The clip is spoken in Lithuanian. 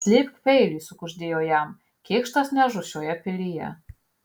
slėpk peilį sukuždėjo jam kėkštas nežus šioje pilyje